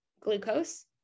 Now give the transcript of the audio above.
glucose